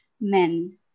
men